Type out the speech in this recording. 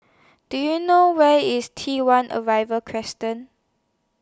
Do YOU know Where IS T one Arrival Crescent